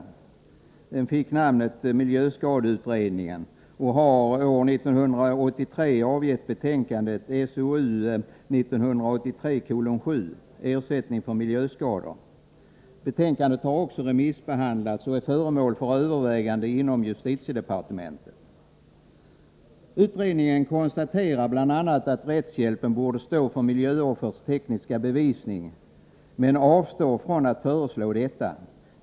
Utredningen fick namnet miljöskadeutredningen, och den har år 1983 avgett betänkandet SOU 1983:7 Ersättning för miljöskador. Betänkandet har också remissbehandlats och är föremål för överväganden inom justitiedepartementet. Utredningen konstaterar bl.a. att rättshjälpen borde stå för miljöoffers tekniska bevisning, men man avstår från att föreslå detta.